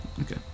Okay